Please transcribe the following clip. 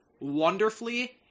wonderfully